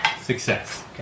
Success